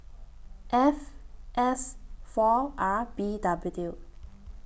F S four R B W